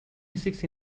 sixty